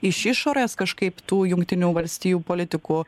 iš išorės kažkaip tų jungtinių valstijų politikų